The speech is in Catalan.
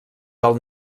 del